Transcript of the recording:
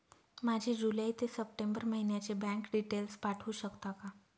माझे जुलै ते सप्टेंबर महिन्याचे बँक डिटेल्स पाठवू शकता का?